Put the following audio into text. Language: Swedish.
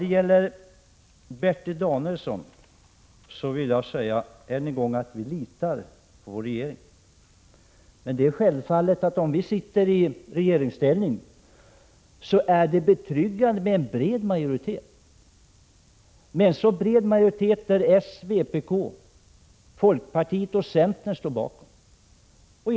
Till Bertil Danielsson vill jag än en gång säga att vi litar på vår regering. Men det är självklart att även om vi sitter i regeringsställning är det betryggande med en bred majoritet, så bred att socialdemokrater, vpk, folkpartiet och centern står bakom förslagen.